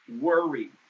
worry